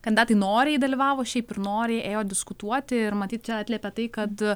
kandidatai noriai dalyvavo šiaip ir noriai ėjo diskutuoti ir matyt čia atliepia tai kad